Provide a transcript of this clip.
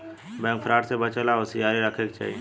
bank fraud से बचे ला होसियारी राखे के चाही